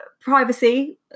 privacy